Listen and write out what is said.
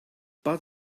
but